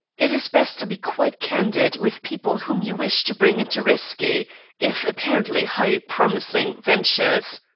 it is best to be quite candid with people whom you wish to bring into risky if apparently high promising ventures.